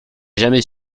jamais